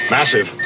Massive